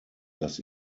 das